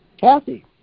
Kathy